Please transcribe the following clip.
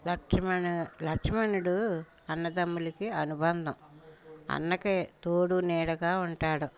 లక్ష్మణ లక్ష్మణుడు అన్నదమ్ములకి అనుబంధం అన్నకి తోడు నీడగా ఉంటాడు